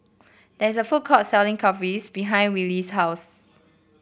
there is a food court selling Kulfi behind Willie's house